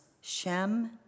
Shem